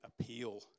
appeal